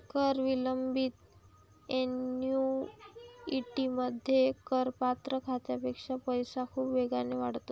कर विलंबित ऍन्युइटीमध्ये, करपात्र खात्यापेक्षा पैसा खूप वेगाने वाढतो